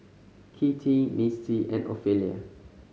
Kitty Mistie and Ophelia